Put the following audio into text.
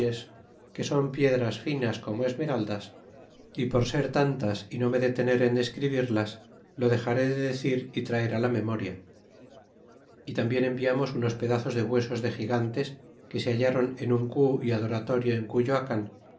que son piedras finas como esmeraldas y por ser tantas y no me detener en escribirlas lo dexaré de decir y traer la memoria y tambien enviamos unos pedazos de huesos de gigantes que se hallaron en un cu adoratorio en cuyoacan